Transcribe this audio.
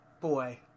boy